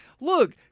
look